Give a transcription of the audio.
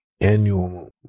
annual